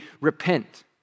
repent